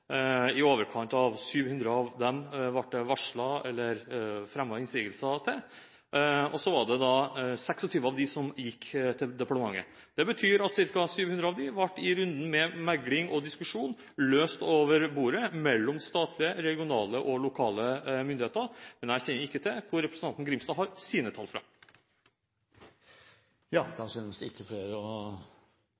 I overkant av 700 av dem ble det fremmet innsigelser til. Så var det 26 av dem som gikk til departementet. Det betyr at ca. 700 ble løst over bordet i runden med megling og diskusjon mellom statlige, regionale og lokale myndigheter. Men jeg kjenner ikke til hvor representanten Grimstad har sine tall fra.